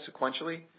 sequentially